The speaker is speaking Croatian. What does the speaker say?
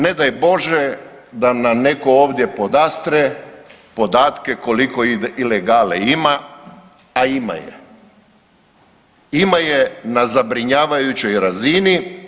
Ne daj Bože da nam netko ovdje podastre podatke koliko ilegale ima, a ima je, ima je na zabrinjavajućoj razini.